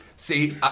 See